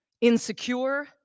insecure